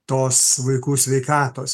tos vaikų sveikatos